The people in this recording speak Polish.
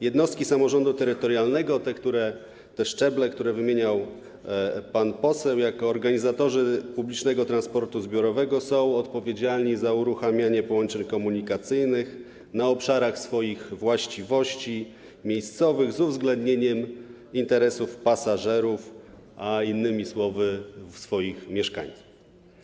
Jednostki samorządu terytorialnego, te szczeble, które wymieniał pan poseł, jako organizatorzy publicznego transportu zbiorowego są odpowiedzialne za uruchamianie połączeń komunikacyjnych na obszarach swoich właściwości miejscowych, z uwzględnieniem interesów pasażerów, innymi słowy, swoich mieszkańców.